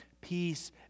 peace